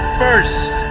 first